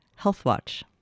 healthwatch